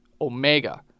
Omega